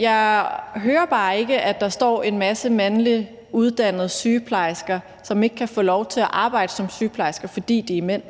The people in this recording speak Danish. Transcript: Jeg hører bare ikke, at der står en masse mandlige uddannede sygeplejersker, som ikke kan få lov til at arbejde som sygeplejerske, fordi de er